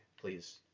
Please